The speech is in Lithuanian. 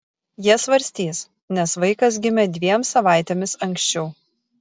jie svarstys nes vaikas gimė dviem savaitėmis anksčiau